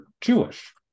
Jewish